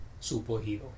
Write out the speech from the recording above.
superhero